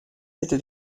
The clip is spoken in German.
hätte